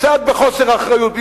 קצת בחוסר אחריות,